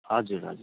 हजुर हजुर